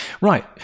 Right